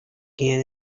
gain